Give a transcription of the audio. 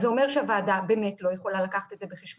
אז זה אומר שהוועדה באמת לא יכולה לקחת את זה בחשבון.